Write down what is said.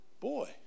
boy